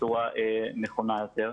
בצורה נכונה יותר.